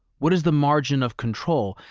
what is the margin of control?